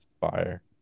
Fire